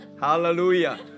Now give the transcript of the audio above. Hallelujah